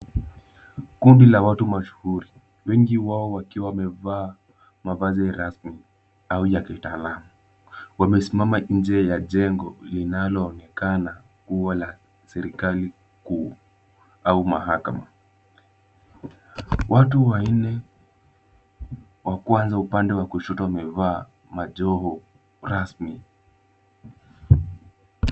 Kundi la watu mashuhuri, wengi wao wakiwa wamevaa mavazi rasmi au ya kitaalamu. Wamesimama nje ya jengo linaloonekana kuwa la serikali kuu au mahakama. Watu wanne wa kwanza upande wa kushoto wamevaa majoho rasmi.